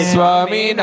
Swami